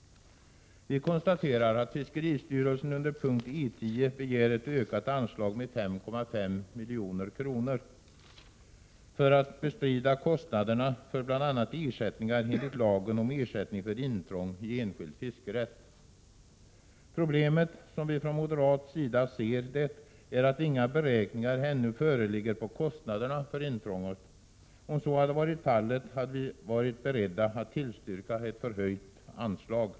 Vi konstaterar att fiskeristyrelsen under punkt E10 begär ett ökat anslag med 5,5 milj.kr. för att bestrida kostnaderna för bl.a. ersättningar enligt lagen om ersättning för intrång i enskild fiskerätt. Problemet, som vi från moderat sida ser det, är att inga beräkningar ännu föreligger på kostnaderna för intrånget. Om så hade varit fallet hade vi varit beredda att tillstyrka ett förhöjt anslag.